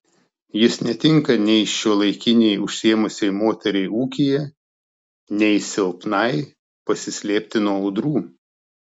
jis netinka nei šiuolaikinei užsiėmusiai moteriai ūkyje nei silpnai pasislėpti nuo audrų